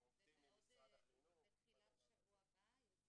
אנחנו עובדים עם משרד החינוך בדבר הזה.